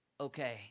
okay